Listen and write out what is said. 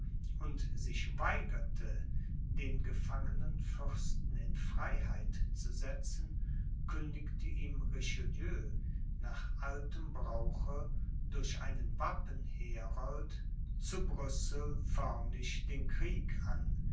und sich weigerte den gefangenen fürsten in freiheit zu setzen kündigte ihm richelieu nach altem brauche durch einen wappenherold zu brüssel förmlich den krieg an